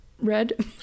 red